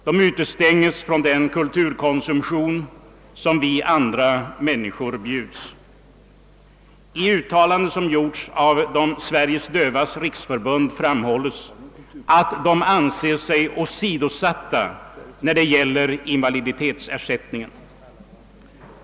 De blir utestängda från mycket av den kultur konsumtion som står andra människor till buds. Sveriges dövas riksförbund har uttalat att de döva anser sig åsidosatta i vad det gäller invaliditetsersättning.